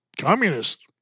communist